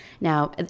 now